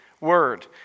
word